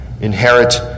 inherit